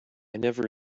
never